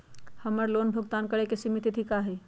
हमर लोन भुगतान करे के सिमित तिथि का हई?